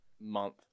month